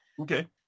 Okay